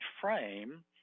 frame